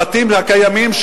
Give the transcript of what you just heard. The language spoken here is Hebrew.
הבתים הקיימים,